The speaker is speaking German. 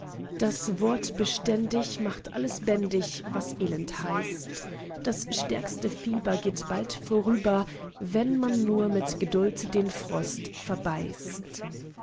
das wort beständig macht alles bändig was elend heißt das stärkste fieber geht bald vorüber wenn man nur mit geduld den frost verbeißt